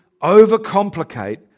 overcomplicate